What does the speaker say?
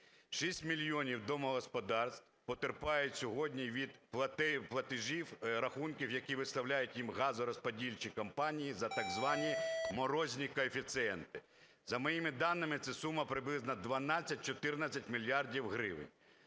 мільйонів домогосподарств потерпають сьогодні від платежів, рахунків, які виставляють їм газорозподільчі компанії за так звані морозні коефіцієнти. За моїми даними, це сума приблизно 12-14 мільярдів гривень.